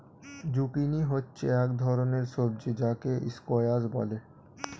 zucchini হচ্ছে এক ধরনের সবজি যাকে স্কোয়াশ বলে